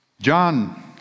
John